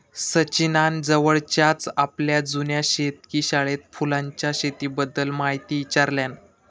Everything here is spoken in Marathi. सचिनान जवळच्याच आपल्या जुन्या शेतकी शाळेत फुलांच्या शेतीबद्दल म्हायती ईचारल्यान